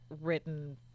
written